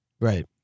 Right